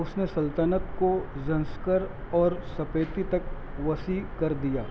اس نے سلطنت کو زنسکر اور سپیتی تک وسیع کر دیا